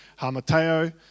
hamateo